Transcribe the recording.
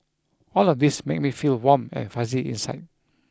all of these make me feel warm and fuzzy inside